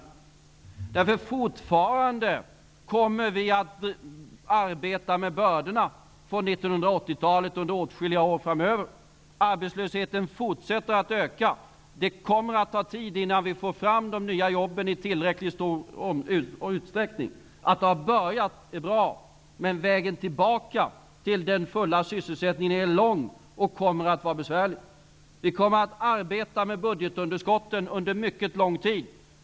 Vi kommer fortfarande att få arbeta med bördorna från 1980-talet under åtskilliga år framöver. Arbetslösheten fortsätter att öka. Det kommer att ta tid innan vi i tillräckligt stor utsträckning kan få fram de nya jobben. Det är bra att det hela har börjat. Men vägen tillbaka till den fulla sysselsättningen är lång och kommer att vara besvärlig. Vi kommer att få arbeta med budgetunderskotten under mycket lång tid.